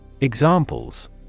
Examples